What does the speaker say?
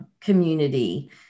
community